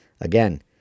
again